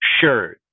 Sure